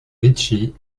ricci